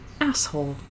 Asshole